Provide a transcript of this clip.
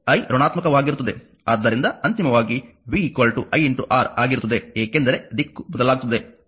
ಆದ್ದರಿಂದ ಅಂತಿಮವಾಗಿ v iR ಆಗಿರುತ್ತದೆ ಏಕೆಂದರೆ ದಿಕ್ಕು ಬದಲಾಗುತ್ತದೆ